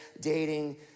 dating